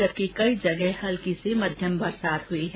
जबकि कई जगह हलकी से मध्यम बरसात हुई है